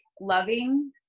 loving